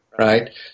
right